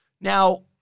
Now